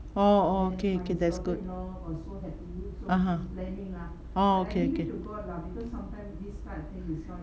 orh orh okay okay that's good (uh huh) orh okay okay